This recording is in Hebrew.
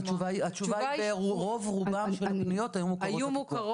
התשובה היא שרוב-רובן של הפניות היו מוכרות.